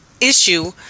issue